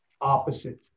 opposite